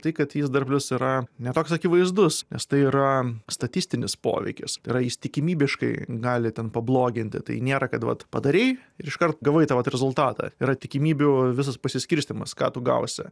tai kad jis dar plius yra ne toks akivaizdus nes tai yra statistinis poveikis tai yra jis tikimybiškai gali ten pabloginti tai nėra vat padarei ir iškart gavai tą vat rezultatą yra tikimybių visas pasiskirstymas ką tu gausi